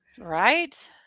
Right